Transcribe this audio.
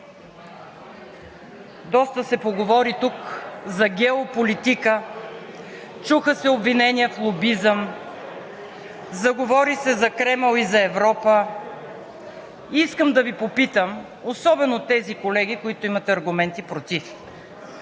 доста се поговори тук за геополитика, чуха се обвинения в лобизъм, заговори се за Кремъл и за Европа. Искам да Ви попитам, особено тези колеги, които имат аргументи против: